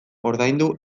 ordaindu